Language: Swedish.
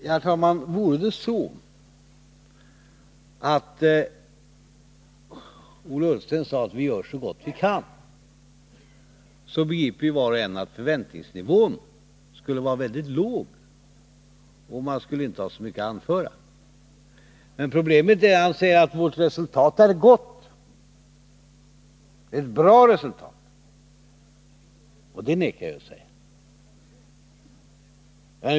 Herr talman! Vore det så, att Ola Ullsten sade att ”vi gör så gott vi kan”, så begriper ju var och en att förväntningsnivån skulle vara väldigt låg, och man skulle då inte ha så mycket att anföra. Men problemet är att han anser att det är ett bra resultat — och det vägrar jag att säga.